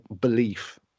belief